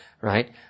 right